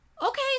okay